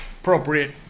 Appropriate